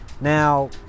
Now